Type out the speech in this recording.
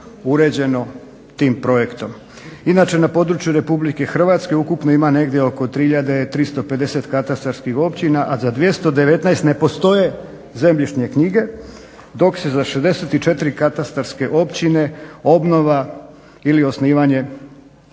uređeno tim projektom. Inače na području RH ukupno ima negdje oko 3 350 katastarskih općina, a za 219 ne postoje zemljišne knjige dok se za 64 katastarske općine obnova ili osnivanje